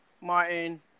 Martin